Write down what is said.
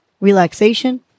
relaxation